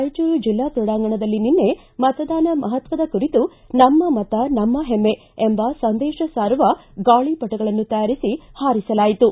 ರಾಯಚೂರು ಜಿಲ್ಲಾ ಕ್ರೀಡಾಂಗಣದಲ್ಲಿ ನಿನ್ನೆ ಮತದಾನ ಮಪತ್ವದ ಕುರಿತು ನಮ್ಮ ಮತ ನಮ್ಮ ಹೆಮ್ಮೆ ಎಂಬ ಸಂದೇಶ ಸಾರುವ ಗಾಳಿಪಟಗಳನ್ನು ತಯಾರಿಸಿ ಪಾರಿಸಲಾಯಿತು